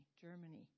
Germany